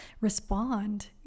respond